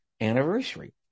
anniversary